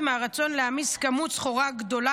מהיום שהכרנו אני יודעת כמה הנושא הזה חשוב ובנפשו,